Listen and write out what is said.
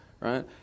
right